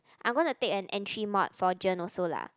I'm gonna take an entry mod for gen also lah